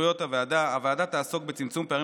סמכויות הוועדה: הוועדה תעסוק בצמצום פערים